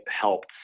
helped